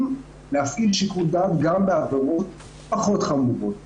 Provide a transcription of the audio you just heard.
להפעיל שיקול דעת גם בעבירות חמורות פחות.